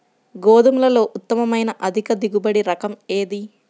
గోధుమలలో ఉత్తమమైన అధిక దిగుబడి రకం ఏది?